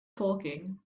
talking